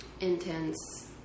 intense